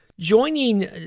Joining